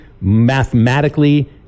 mathematically